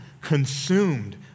consumed